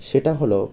সেটা হলো